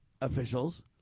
officials